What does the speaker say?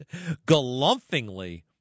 galumphingly